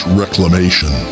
reclamation